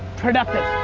productive.